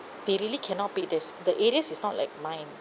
they really cannot pay theirs the arrears is not like mine